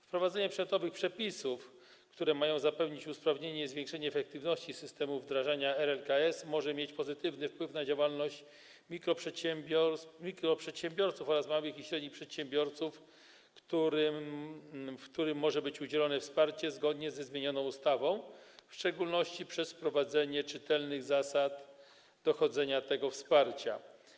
Wprowadzenie przedmiotowych przepisów, które mają zapewnić usprawnienie i zwiększenie efektywności systemu wdrażania RLKS, może mieć pozytywny wpływ na działalność mikroprzedsiębiorców oraz małych i średnich przedsiębiorców, którym może być udzielone wsparcie zgodnie ze zmienioną ustawą, w szczególności przez wprowadzenie czytelnych zasad dochodzenia tego wsparcia.